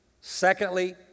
Secondly